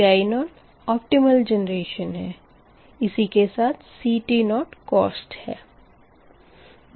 Pgi0 optimal generation है इसी के साथ CT0 कोस्ट है